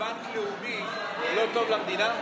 מה שטוב לבנק לאומי לא טוב למדינה?